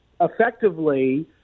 effectively